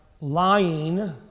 lying